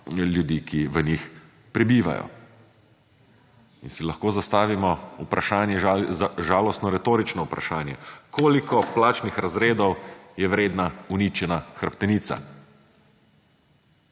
ljudi, ki v njih prebivajo. In si lahko zastavimo vprašanje, žalostno retorično vprašanje, koliko plačnih razredov je vredna uničena hrbtenica?